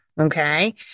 okay